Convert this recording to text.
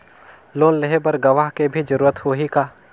Loan लेहे बर गवाह के भी जरूरत होही का?